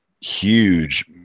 huge